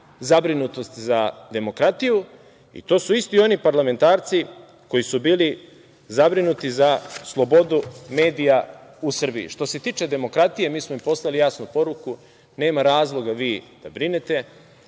zabrinutost za demokratiju i to su isti oni parlamentarci koji su bili zabrinuti za slobodu medija u Srbiji. Što se tiče demokratije, mi smo im poslali jasnu poruku – nema razloga vi da brinete,